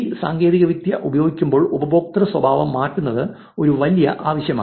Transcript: ഈ സാങ്കേതികവിദ്യ ഉപയോഗിക്കുമ്പോൾ ഉപയോക്തൃ സ്വഭാവം മാറ്റുന്നത് ഒരു വലിയ ആവശ്യമാണ്